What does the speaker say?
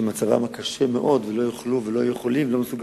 שמצבן קשה מאוד ולא יכולות ולא מסוגלות